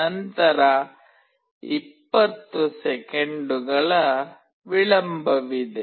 ನಂತರ 20 ಸೆಕೆಂಡುಗಳ ವಿಳಂಬವಿದೆ